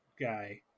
guy